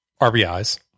RBIs